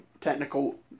technical